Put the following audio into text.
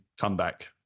comeback